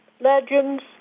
legends